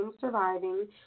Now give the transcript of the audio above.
surviving